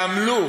שעמלו